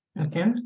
Okay